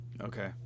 Okay